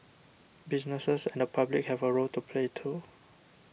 businesses and the public have a role to play too